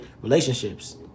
relationships